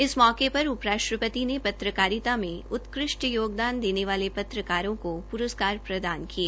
इस मौके पर उप राष्ट्रपति ने पत्रकारिता में उत्कृष्ट योगदान देने वाले पत्रकारों को पुरस्कार प्रदान किए